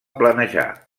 planejar